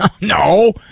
No